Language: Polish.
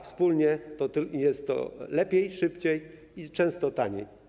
Wspólnie to znaczy lepiej, szybciej i często taniej.